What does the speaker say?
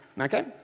okay